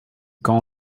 camp